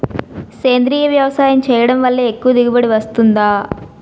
సేంద్రీయ వ్యవసాయం చేయడం వల్ల ఎక్కువ దిగుబడి వస్తుందా?